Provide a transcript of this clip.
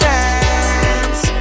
Dance